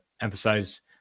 emphasize